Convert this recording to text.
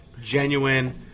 genuine